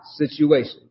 situation